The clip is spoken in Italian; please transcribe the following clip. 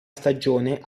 stagione